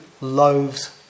loaves